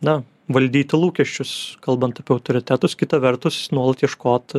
na valdyti lūkesčius kalbant apie autoritetus kita vertus nuolat ieškot